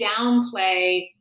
downplay